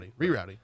rerouting